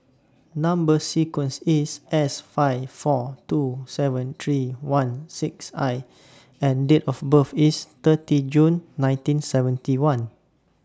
Number sequence IS S five four two seven three one six I and Date of birth IS thirty June nineteen seventy one